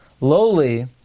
lowly